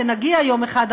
ונגיע יום אחד,